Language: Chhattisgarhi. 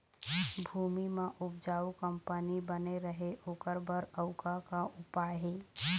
भूमि म उपजाऊ कंपनी बने रहे ओकर बर अउ का का उपाय हे?